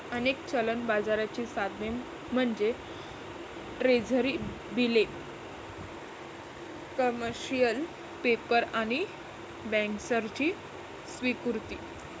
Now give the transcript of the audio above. अनेक चलन बाजाराची साधने म्हणजे ट्रेझरी बिले, कमर्शियल पेपर आणि बँकर्सची स्वीकृती